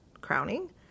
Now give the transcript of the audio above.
crowning